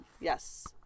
yes